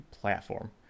platform